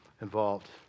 involved